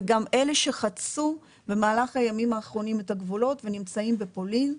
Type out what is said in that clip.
וגם אלה שחצו במהלך הימים האחרונים את הגבולות ונמצאים בפולין,